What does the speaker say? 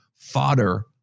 fodder